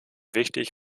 wichtig